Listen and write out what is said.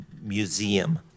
museum